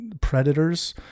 predators